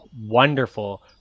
wonderful